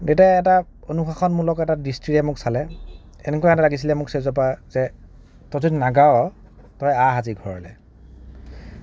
দেতাই এটা অনুশাসন মূলক এটা দৃষ্টিৰে মোক চালে এনেকুৱা লাগিছিলে মোক ষ্টেজৰ পৰা যে তই যদি নাগাৱ তই আহ আজি ঘৰলে